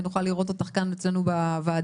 ונוכל לראות אותך כאן אצלנו בוועדה